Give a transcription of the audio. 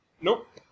Nope